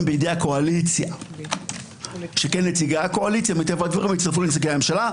בדי הקואליציה שכן נציגי הקואליציה מטבע הדברים יצטרפו לנציגי הממשלה,